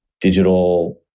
digital